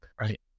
Right